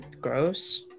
gross